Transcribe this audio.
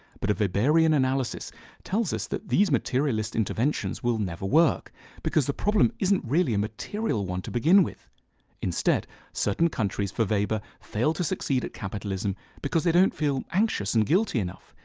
but a weberian analysis tells us that these materialist interventions will never work because the problem isn't really a material one to begin with instead certain countries for weber fail to succeed at capitalism because they don't feel anxious and guilty enough.